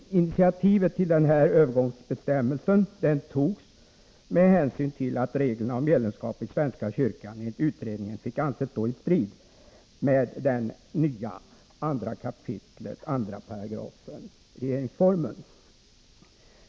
Initiativet till övergångsbestämmelsen togs med hänsyn till att reglerna om medlemskap i svenska kyrkan enligt utredningen fick anses stå i strid med den nya lydelsen i 2 kap. 2 § regeringsformen.